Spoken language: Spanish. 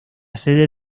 sede